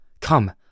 Come